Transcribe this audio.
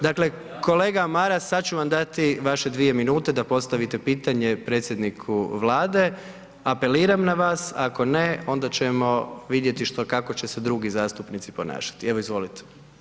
Dakle, kolega Maras, sad ću vam dati vaše 2 minute da postavite pitanje predsjedniku Vlade, apeliram na vas, a ako ne, onda ćemo vidjeti kako će se drugi zastupnici ponašati, evo izvolite.